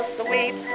sweet